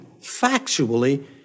factually